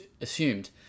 assumed